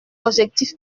objectif